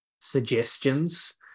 suggestions